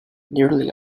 nearly